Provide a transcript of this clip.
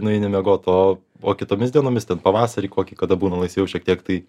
nueini miegoti o o kitomis dienomis ten pavasarį kokį kada būna laisviau šiek tiek tai